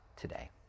today